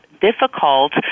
difficult